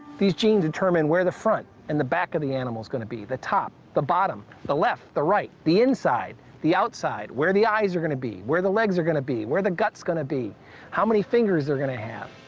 these genes determine where the front and the back of the animal's going to be the top, the bottom the left, the right the inside, the outside where the eyes are going to be where the legs are going to be where the gut's going to be how many fingers they're going to have.